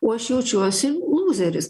o aš jaučiuosi lūzeris